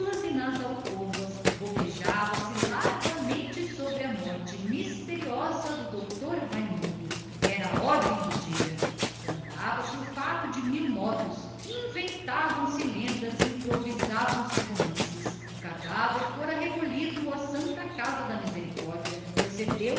nas alcovas boquejava se largamente sobre a misteriosa morte do dr raimundo era a ordem do dia contava-se o fato de mil modos inventavam se lendas improvisavam se romances o cadáver fora recolhido pela santa casa de misericórdia procedeu se